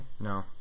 No